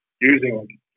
using